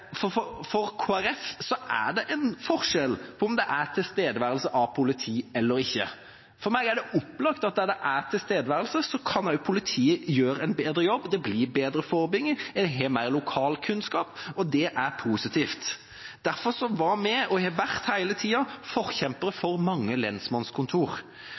For Kristelig Folkeparti er det en forskjell på om det er tilstedeværelse av politi eller ikke. For meg er det opplagt at der det er tilstedeværelse, kan også politiet gjøre en bedre jobb. Det blir bedre forebygging, en har mer lokal kunnskap – og det er positivt. Derfor var vi, og har vært hele tida, forkjempere for mange lensmannskontor.